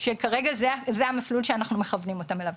שכרגע זה המסלול שאנחנו מכוונים אותם אליו.